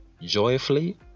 joyfully